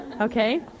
Okay